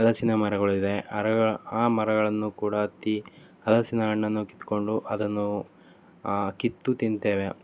ಹಲಸಿನ ಮರಗಳು ಇದೆ ಆ ಮರಗಳನ್ನು ಕೂಡ ಹತ್ತಿ ಹಲಸಿನ ಹಣ್ಣನ್ನು ಕಿತ್ತುಕೊಂಡು ಅದನ್ನು ಕಿತ್ತು ತಿನ್ತೇವೆ